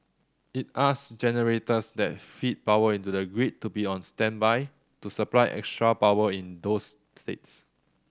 it asked generators that feed power into the grid to be on standby to supply extra power in those state